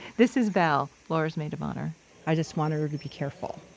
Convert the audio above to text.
this is val, laura's maid of honor i just wanted her to be careful.